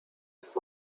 ist